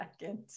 second